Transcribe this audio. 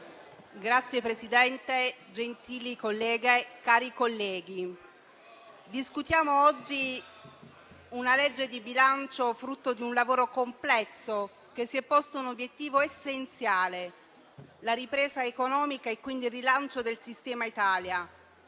Signor Presidente, gentili colleghe, cari colleghi, discutiamo oggi una legge di bilancio frutto di un lavoro complesso, che si è posto un obiettivo essenziale: la ripresa economica e quindi il rilancio del sistema Italia,